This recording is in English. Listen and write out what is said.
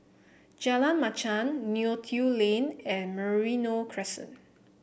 Jalan Machang Neo Tiew Lane and Merino Crescent